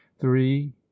three